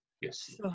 Yes